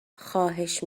خواهش